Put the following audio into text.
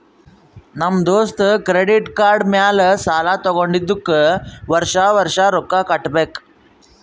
ನಮ್ ದೋಸ್ತ credit card ಮ್ಯಾಲ ಸಾಲಾ ತಗೊಂಡಿದುಕ್ ವರ್ಷ ವರ್ಷ ರೊಕ್ಕಾ ಕಟ್ಟಬೇಕ್